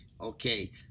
Okay